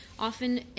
Often